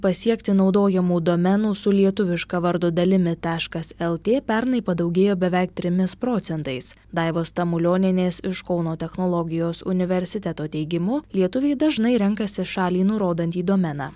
pasiekti naudojamų domenų su lietuviška vardo dalimi taškas lt pernai padaugėjo beveik trimis procentais daivos tamulionienės iš kauno technologijos universiteto teigimu lietuviai dažnai renkasi šalį nurodantį domeną